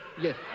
Yes